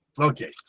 Okay